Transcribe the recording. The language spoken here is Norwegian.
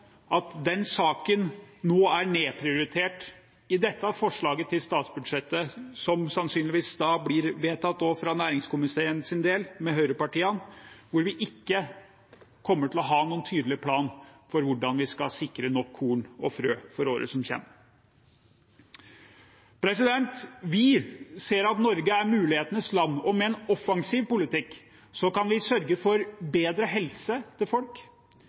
at den saken nå er nedprioritert i dette forslaget til statsbudsjett, som sannsynligvis også blir vedtatt for næringskomiteens del med høyrepartiene, der vi ikke kommer til å ha noen tydelig plan for hvordan vi skal sikre nok korn og frø for året som kommer. Vi ser at Norge er mulighetenes land, og med en offensiv politikk kan vi sørge for bedre helse for folk,